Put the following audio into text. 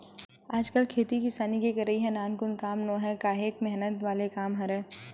आजकल खेती किसानी के करई ह नानमुन काम नोहय काहेक मेहनत वाले काम हरय